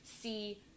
see